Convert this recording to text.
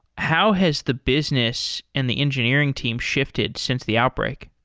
how has the business and the engineering team shifted since the outbreak?